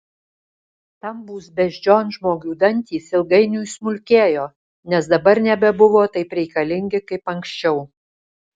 stambūs beždžionžmogių dantys ilgainiui smulkėjo nes dabar nebebuvo taip reikalingi kaip anksčiau